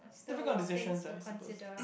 so a lot of things to consider